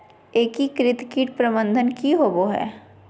एकीकृत कीट प्रबंधन की होवय हैय?